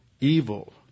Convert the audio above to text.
evil